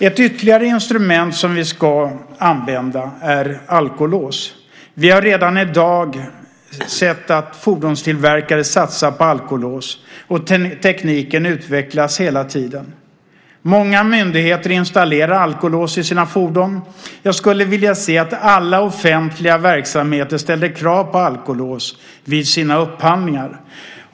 Ett ytterligare instrument som vi ska använda är alkolås. Vi har redan i dag sett att fordonstillverkare satsar på alkolås. Tekniken utvecklas hela tiden. Många myndigheter installerar alkolås i sina fordon. Jag skulle vilja se att alla offentliga verksamheter ställde krav på alkolås vid sina upphandlingar.